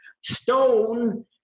Stone